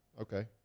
Okay